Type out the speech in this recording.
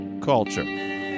culture